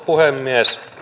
puhemies